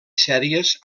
sèries